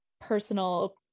personal